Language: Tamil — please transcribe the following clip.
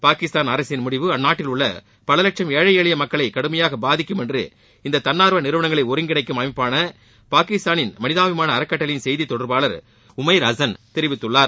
பாகிஸ்தான் அரசின் முடிவு அந்நாட்டில் உள்ள பல லட்சம் ஏழை எளிய மக்களை கடுமையாக பாதிக்கும் என்று இந்த தன்னார்வ நிறுவனங்களை ஒருங்கிணைக்கும் அமைப்பான பாகிஸ்தான் மனிதாபிமான அறக்கட்டளையின் செய்தி தொடர்பாளர் உமைர் ஹசன் தெரிவித்துள்ளார்